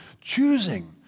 choosing